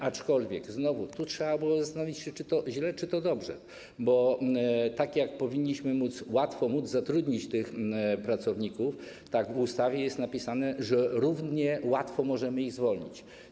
Aczkolwiek znowu trzeba by było zastanowić się, czy to źle, czy to dobrze, bo tak jak powinniśmy móc łatwo zatrudnić tych pracowników, tak w ustawie jest napisane, że równie łatwo możemy ich zwolnić.